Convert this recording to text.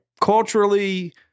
culturally